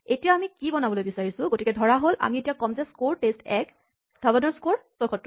এতিয়া আমি কীচাবি বনাবলৈ বিচাৰিছোঁ গতিকে ধৰা হ'ল আমি এতিয়া ক'ম যে স্ক'ৰ টেষ্ট১ ধৱনৰ স্ক'ৰ ৭৬